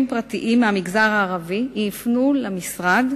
פרטיים מהמגזר הערבי יפנו אל המשרד,